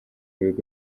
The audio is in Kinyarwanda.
bigo